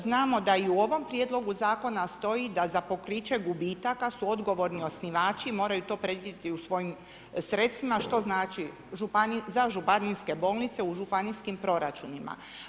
Znamo da i u ovom Prijedlogu zakona stoji da za pokriće gubitaka su odgovorni osnivači i moraju to predvidjeti u svojim sredstvima što znači za županijske bolnice u županijskim proračunima.